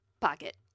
Pocket